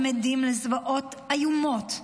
הייתם עדים לזוועות איומות.